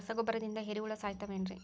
ರಸಗೊಬ್ಬರದಿಂದ ಏರಿಹುಳ ಸಾಯತಾವ್ ಏನ್ರಿ?